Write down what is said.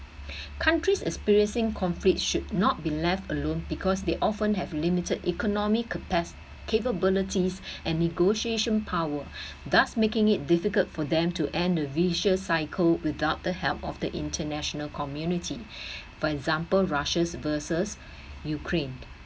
countries experiencing conflicts should not be left alone because they often have limited economy capa~ capabilities and negotiation power thus making it difficult for them to end a vicious cycle without the help of the international community for example russia versus ukraine